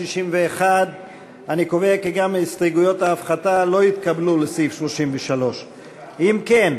61. אני קובע כי גם הסתייגויות ההפחתה לא התקבלו לסעיף 33. אם כן,